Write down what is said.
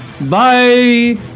bye